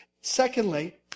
Secondly